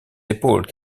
épaules